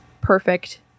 perfect